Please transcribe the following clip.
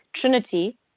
Trinity